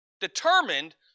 determined